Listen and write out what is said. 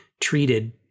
treated